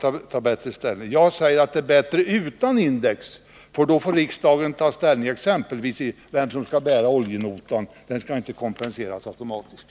Jag vill säga att det är bättre utan index, för då får riksdagen ta ställning exempelvis till vem som skall betala oljenotan. Den skall inte kompenseras automatiskt.